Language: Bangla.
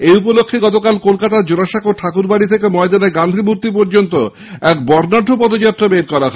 এই উপলক্ষ্যে আজ কলকাতার জোড়াসাঁকো ঠাকুরবাড়ী থেকে ময়দানে গান্ধীমূর্তি পর্যন্ত এক বর্ণাঢ্য পদযাত্রা বের করা হয়